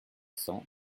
cents